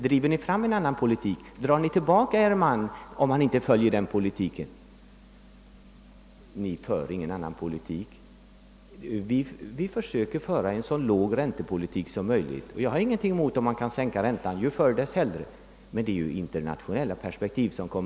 Driver ni fram en ny räntepolitik? Drar ni tillbaka er man om han inte följer den politiken? — Ni för ingen ny politik! Vi försöker föra en så låg räntepolitik som möjligt och jag har ingenting emot att om möjligt sänka räntan — ju förr desto hellre. Men i det sammanhanget kommer internationella perspektiv in i bilden.